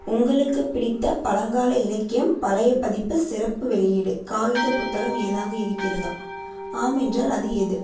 உங்களுக்கு பிடித்த பழங்கால இலக்கியம் பழைய பதிப்பு சிறப்பு வெளியீடு காகித புத்தகம் ஏதாவது இருக்கின்றதா ஆம் என்றால் அது எது